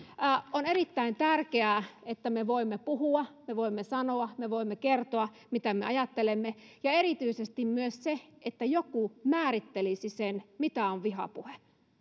on erittäin tärkeää että me voimme puhua me voimme sanoa me voimme kertoa mitä me ajattelemme ja erityisesti myös se että joku määrittelisi sen mitä on vihapuhe